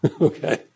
Okay